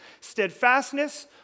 steadfastness